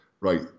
Right